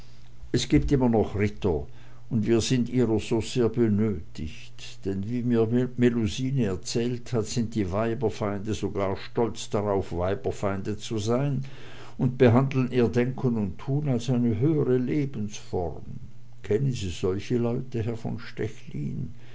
es gibt immer noch ritter und wir sind ihrer so sehr benötigt denn wie mir melusine erzählt hat sind die weiberfeinde sogar stolz darauf weiberfeinde zu sein und behandeln ihr denken und tun als eine höhere lebensform kennen sie solche leute herr von stechlin